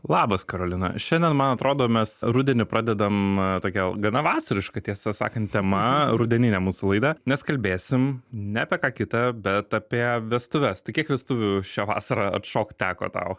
labas karolina šiandien man atrodo mes rudenį pradedam tokia gana vasariška tiesą sakant tema rudeninė mūsų laida nes kalbėsim ne apie ką kitą bet apie vestuves tai kiek vestuvių šią vasarą atšokt teko tau